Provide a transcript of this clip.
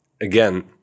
again